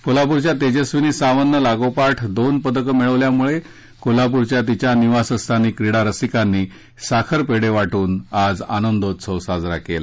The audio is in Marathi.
कोल्हापुरच्या तेजस्वीनी सावंतनं लागोपाठ दोन पदकं मिळवल्यामुळे कोल्हापुरच्या तिच्या निवासस्थानी क्रीडा रसिकांनी साखर पेढे वाटून आज आनंदोत्सव साजरा केला